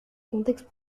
contexte